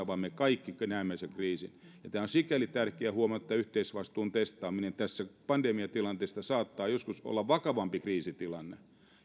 vaan me kaikki näemme sen kriisin on sikäli tärkeä huomata tämä yhteisvastuun testaaminen tässä pandemiatilanteessa että saattaa joskus olla vakavampi kriisitilanne